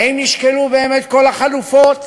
האם נשקלו באמת כל החלופות?